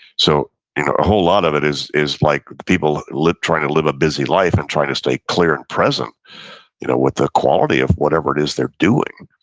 so a whole lot of it is is like people trying to live a busy life and trying to stay clear and present you know with the quality of whatever it is they're doing.